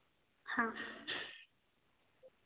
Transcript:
हाँ